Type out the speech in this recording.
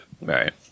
Right